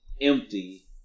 Empty